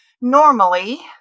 normally